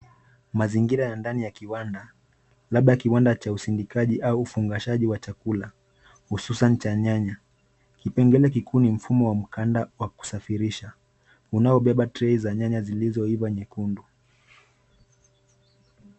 Mzingira ya ndani ya kiwanda, labda kiwanda cha usindikaji au ufungashaji wa chakula, hususani, cha nyanya. Kipengele kikuu ni mfumo wa mkanda wa kusafirisha, unaobeba trei za nyanya zilizoiva nyekundu.